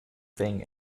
thing